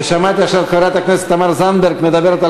ושמעתי עכשיו את חברת הכנסת תמר זנדברג מדברת על